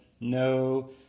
No